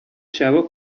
شبا